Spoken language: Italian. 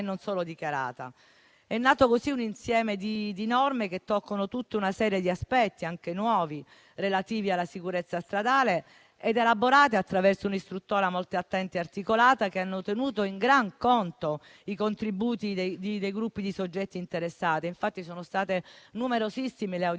È nato così un insieme di norme che tocca tutta una serie di aspetti, anche nuovi, relativi alla sicurezza stradale ed elaborati attraverso un'istruttoria molto attenta e articolata che ha tenuto in gran conto i contributi dei gruppi di soggetti interessati. Infatti sono state numerosissime le audizioni